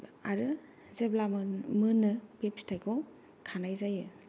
आरो जेब्ला मोनो बे फिथाइखौ खानाय जायो